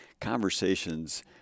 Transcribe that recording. conversations